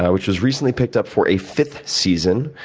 which was recently picked up for a fifth season.